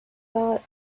thought